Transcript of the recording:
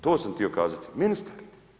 Top sam htio kazati, ministar.